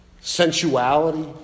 sensuality